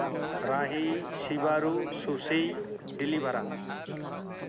ᱨᱟᱹᱦᱤ ᱥᱤᱵᱟᱨᱩ ᱥᱩᱥᱤᱭ ᱰᱮᱞᱤᱵᱷᱟᱨᱟ